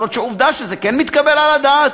אפילו שעובדה שזה כן מתקבל על הדעת,